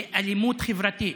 ואלימות חברתית,